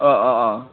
अ अ अ